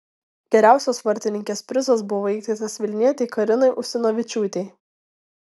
geriausios vartininkės prizas buvo įteiktas vilnietei karinai ustinovičiūtei